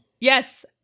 Yes